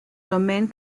domain